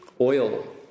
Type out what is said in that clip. oil